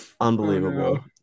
Unbelievable